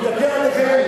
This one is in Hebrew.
אתם "נאדה",